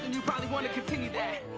and you probably wanna continue that